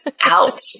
out